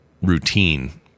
routine